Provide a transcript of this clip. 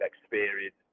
experience